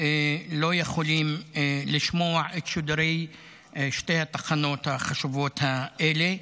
לא יכולים לשמוע את שידורי שתי התחנות החשובות האלה.